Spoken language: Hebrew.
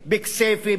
בכסייפה,